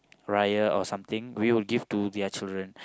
Raya or something we will give to their children